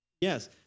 Yes